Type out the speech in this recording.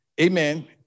amen